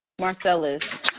Marcellus